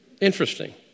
Interesting